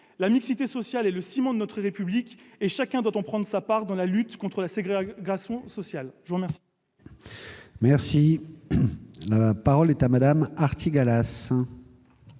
La mixité sociale est le ciment de notre République, et chacun doit en prendre sa part dans la lutte contre la ségrégation sociale. La parole est à Mme Viviane Artigalas,